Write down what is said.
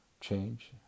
change